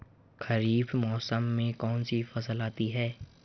खरीफ मौसम में कौनसी फसल आती हैं?